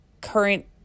current